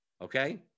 okay